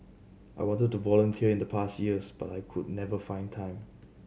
I wanted to volunteer in the past years but I could never find time